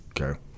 Okay